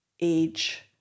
age